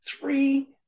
three